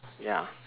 ya